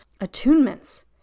attunements